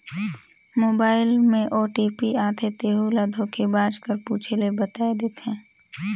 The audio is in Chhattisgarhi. मोबाइल में ओ.टी.पी आथे तेहू ल धोखेबाज कर पूछे ले बताए देथे